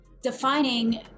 Defining